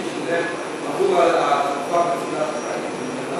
עבור תרופה מצילת חיים,